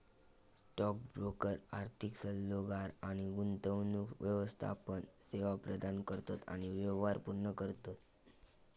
stock broker आर्थिक सल्लोगार आणि गुंतवणूक व्यवस्थापन सेवा प्रदान करतत आणि व्यवहार पूर्ण करतत